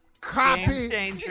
Copy